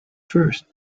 first